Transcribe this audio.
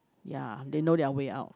ya they know their way out